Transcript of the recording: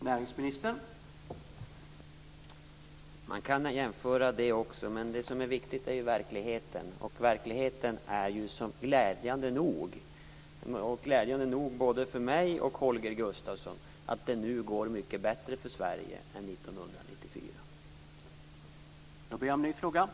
Herr talman! Man kan jämföra det också, men det som är viktigt är verkligheten. Och verkligheten är ju glädjande nog för både mig och Holger Gustafsson att det nu går mycket bättre för Sverige än under 1994.